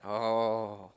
oh